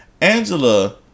Angela